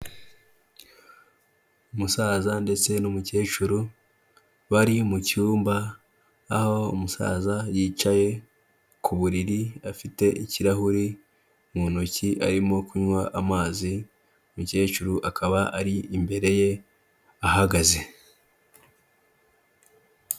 Umusaza ndetse n'umukecuru bari mucyumba, aho umusaza yicaye ku buriri afite ikirahuri mu ntoki arimo kunywa amazi, umukecuru akaba ari imbere ye, ahagaze.